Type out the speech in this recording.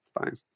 fine